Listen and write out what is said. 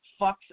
fucks